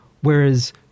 whereas